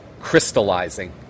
crystallizing